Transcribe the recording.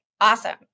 awesome